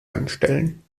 anstellen